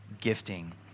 gifting